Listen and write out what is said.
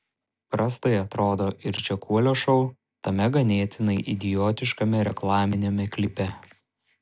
prastai atrodo ir čekuolio šou tame ganėtinai idiotiškame reklaminiame klipe